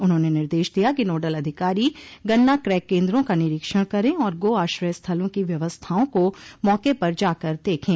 उन्होंने निर्देश दिया कि नोडल अधिकारी गन्ना क्रय केन्द्रों का निरीक्षण करे और गोआश्रय स्थलों की व्यवस्थाओं को मौके पर जाकर देखे